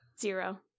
zero